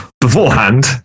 beforehand